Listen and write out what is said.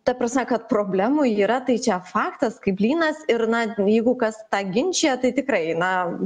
ta prasme kad problemų yra tai čia faktas kaip blynas ir na jeigu kas tą ginčija tai tikrai na